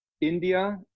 India